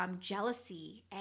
jealousy